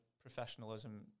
professionalism